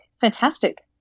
Fantastic